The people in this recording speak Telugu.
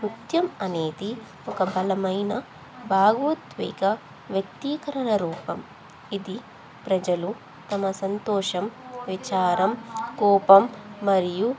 నృత్యం అనేది ఒక బలమైన భాగోద్వేగ వ్యక్తీకరణ రూపం ఇది ప్రజలు తమ సంతోషం విచారం కోపం మరియు